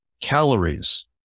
calories